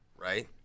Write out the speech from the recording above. right